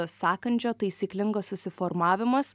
sakandžio taisyklingo susiformavimas